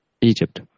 Egypt